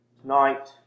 Tonight